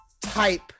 type